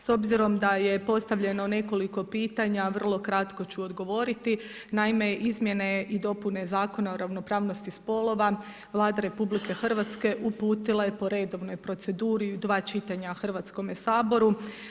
S obzirom da je postavljeno nekoliko pitanja vrlo kratko ću odgovoriti naime izmjene i dopune Zakona o ravnopravnosti spolova Vlada RH uputila je po redovnoj proceduri u dva čitanja Hrvatskome saboru.